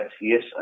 yes